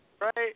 right